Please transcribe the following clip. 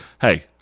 Hey